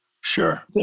Sure